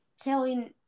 telling